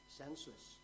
senseless